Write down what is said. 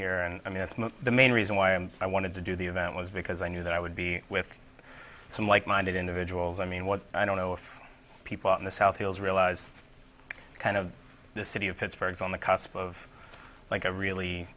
here and i mean that's the main reason why i am i wanted to do the event was because i knew that i would be with some like minded individuals i mean what i don't know if people in the south feels realize the kind of the city of pittsburgh on the cusp of like a really